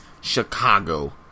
Chicago